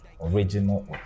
Original